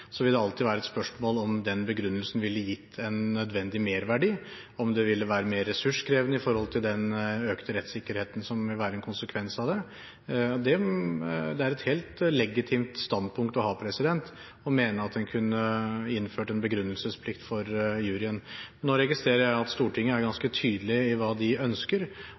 Så vil det alltid være et spørsmål om den begrunnelsen ville gitt en nødvendig merverdi, om det ville være mer ressurskrevende i forhold til den økte rettssikkerheten som vil være en konsekvens av det. Det er et helt legitimt standpunkt å ha, å mene at en kunne innført en begrunnelsesplikt for juryen. Nå registrerer jeg at Stortinget er ganske tydelig på hva de ønsker,